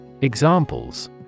Examples